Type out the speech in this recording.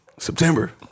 September